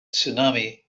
tsunami